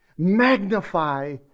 magnify